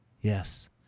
Yes